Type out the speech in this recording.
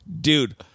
dude